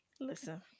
listen